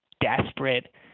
desperate